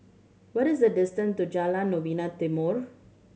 what is the distance to Jalan Novena Timor